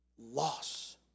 Loss